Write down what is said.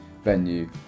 venue